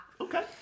Okay